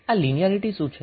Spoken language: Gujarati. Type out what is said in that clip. આ લિનિયારીટી શું છે